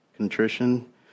Contrition